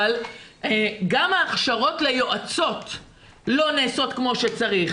אבל גם ההכשרות ליועצות לא נעשות כמו שצריך.